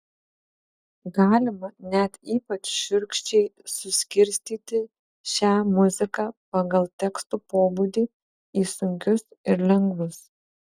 galima net ypač šiurkščiai suskirstyti šią muziką pagal tekstų pobūdį į sunkius ir lengvus